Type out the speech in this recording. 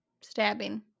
stabbing